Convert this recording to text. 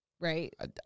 right